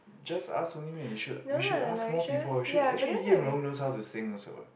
just ask only meh you should we should ask more people we should actually Yan-Rong know how to sing also